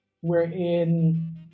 wherein